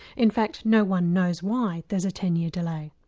in fact no one knows why there's a ten year delay.